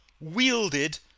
wielded